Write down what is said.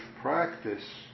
practice